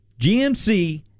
GMC